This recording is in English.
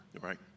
Right